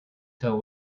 tell